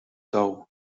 tou